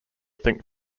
think